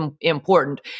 important